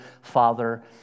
Father